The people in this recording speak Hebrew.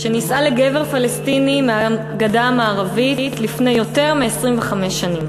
שנישאה לגבר פלסטיני מהגדה המערבית לפני יותר מ-25 שנים.